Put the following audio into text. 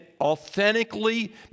authentically